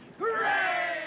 Hooray